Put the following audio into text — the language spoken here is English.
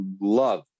love